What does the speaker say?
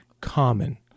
common